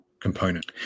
component